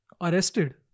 arrested